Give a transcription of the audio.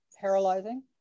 paralyzing